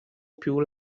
più